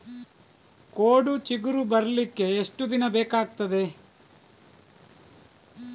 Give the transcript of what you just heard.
ಕೋಡು ಚಿಗುರು ಬರ್ಲಿಕ್ಕೆ ಎಷ್ಟು ದಿನ ಬೇಕಗ್ತಾದೆ?